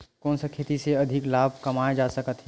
कोन सा खेती से अधिक लाभ कमाय जा सकत हे?